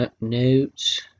Notes